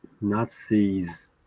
Nazi's